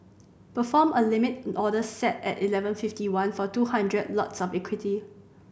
perform a limit order set at eleven fifty one for two hundred lots of equity